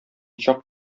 чак